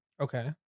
Okay